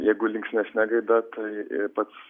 jeigu linksmesne gaida tai pats